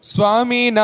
Swami